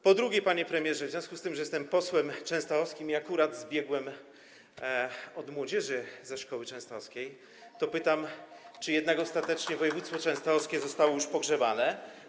Po drugie, panie premierze, w związku z tym, że jestem posłem częstochowskim i akurat zbiegłem od młodzieży ze szkoły częstochowskiej, to pytam, czy jednak ostatecznie województwo częstochowskie zostało już pogrzebane.